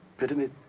pyramid.